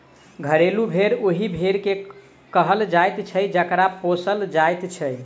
घरेलू भेंड़ ओहि भेंड़ के कहल जाइत छै जकरा पोसल जाइत छै